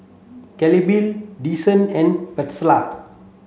Claribel Desean and Vester